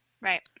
Right